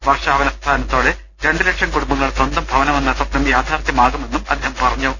വർഷാവസാന ത്തോടെ രണ്ട് ലക്ഷം കുടുംബങ്ങ ളുടെ സ്വന്തം ഭവനമെന്ന സ്പ്നം യാഥാർത്ഥ്യമാകുമെന്നും അദ്ദേഹം പറഞ്ഞു